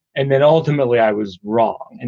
and then ultimately i was wrong. and